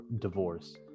divorce